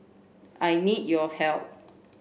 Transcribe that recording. I need your help